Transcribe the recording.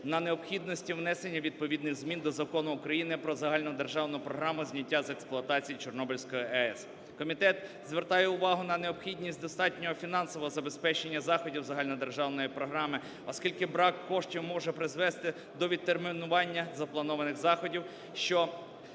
на необхідності внесення відповідних змін до Закону України про Загальнодержавну програму зняття з експлуатації Чорнобильської АЕС. Комітет звертає увагу на необхідність достатнього фінансового забезпечення заходів Загальнодержавної програми, оскільки брак коштів може призвести до відтермінування запланованих заходів, що